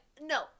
No